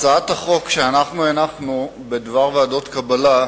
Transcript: הצעת החוק שאנחנו הנחנו בדבר ועדות קבלה,